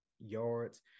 yards